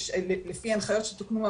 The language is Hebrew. לפי הנחיות שתוקנו,